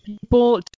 people